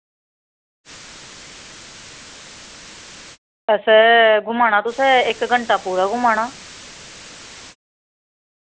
अस घुमाना तुसें इक्क घैंटा पूरा घुमाना